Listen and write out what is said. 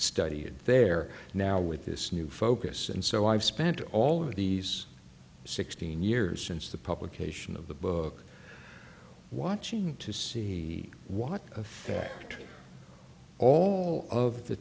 study it there now with this new focus and so i've spent all of these sixteen years since the publication of the book watching to see what effect all of the